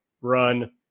run